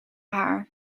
haar